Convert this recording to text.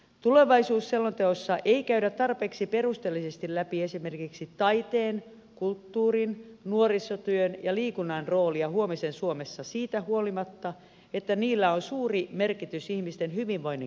tulevaisuusselonteossa ei käydä tarpeeksi perusteellisesti läpi esimerkiksi taiteen kulttuurin nuorisotyön ja liikunnan roolia huomisen suomessa siitä huolimatta että niillä on suuri merkitys ihmisten hyvinvoinnin kannalta